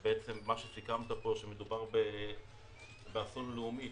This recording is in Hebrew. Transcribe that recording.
סיכמת פה שמדובר באסון לאומי.